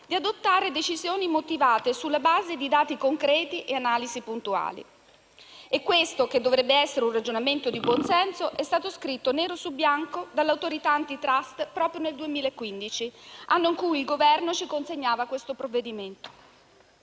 di adottare decisioni motivate sulla base di dati concreti e analisi puntuali. Questo, che dovrebbe essere un ragioniamo di buon senso, è stato scritto nero su bianco dall'Autorità garante della concorrenza e del mercato proprio nel 2015, anno in cui il Governo ci consegnava questo provvedimento.